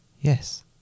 Yes